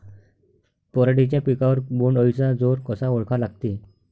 पराटीच्या पिकावर बोण्ड अळीचा जोर कसा ओळखा लागते?